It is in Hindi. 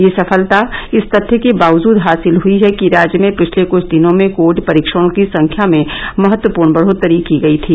यह सफलता इस तथ्य के बावजूद हासिल हुई है कि राज्य में पिछले कुछ दिनों में कोविड परीक्षणों की संख्या में महत्वपूर्ण बढोतरी की गई थी